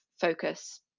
focus